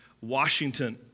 Washington